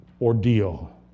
ordeal